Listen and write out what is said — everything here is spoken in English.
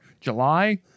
July